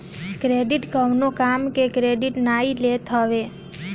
credit कवनो काम के क्रेडिट नाइ लेत हवे